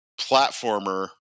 platformer